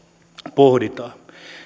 pohditaan